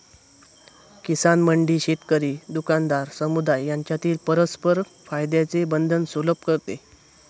किसान मंडी शेतकरी, दुकानदार, समुदाय यांच्यातील परस्पर फायद्याचे बंधन सुलभ करते